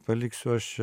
paliksiu aš čia